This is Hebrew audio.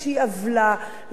לקחת איזו סוגיה,